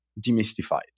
demystified